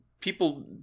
people